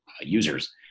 users